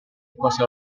cosa